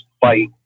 fight